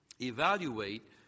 Evaluate